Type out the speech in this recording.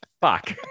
fuck